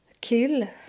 kill